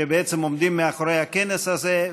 שבעצם עומדים מאחורי הכנס הזה,